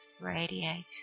radiate